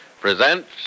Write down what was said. presents